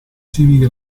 civica